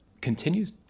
continues